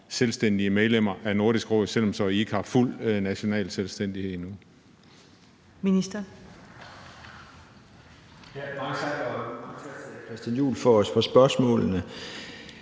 selvstændige medlemmer af Nordisk Råd, selv om I så ikke har fuld national selvstændighed endnu?